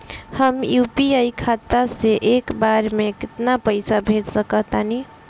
हम यू.पी.आई खाता से एक बेर म केतना पइसा भेज सकऽ तानि?